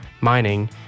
mining